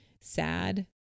sad